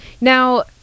Now